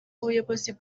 ubuyobozi